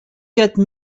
quatre